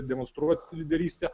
demonstruot lyderystę